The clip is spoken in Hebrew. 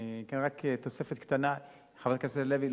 אני אתן רק תוספת קטנה: חברת הכנסת לוי,